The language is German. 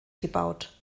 gebaut